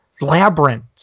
Labyrinth